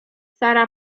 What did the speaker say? sara